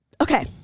Okay